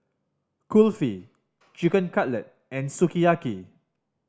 Kulfi Chicken Cutlet and Sukiyaki